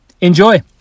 Enjoy